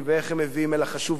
אלא חשוב העיתוי שלהם,